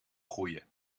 groeien